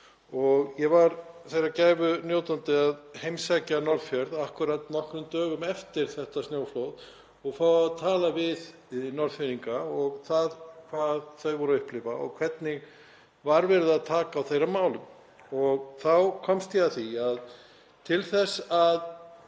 Ég var þeirrar gæfu aðnjótandi að heimsækja Norðfjörð akkúrat nokkrum dögum eftir þetta snjóflóð og fá að tala við Norðfirðinga, vita hvað þau voru upplifa og hvernig var verið að taka á þeirra málum. Og þá komst ég að því að til þess að